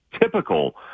typical